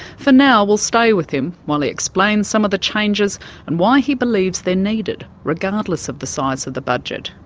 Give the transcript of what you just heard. for now, we'll stay with him while he explains some of the changes and why he believes they're needed, regardless of the size of the budget.